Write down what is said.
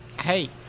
hey